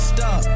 Stop